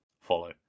follow